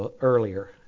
earlier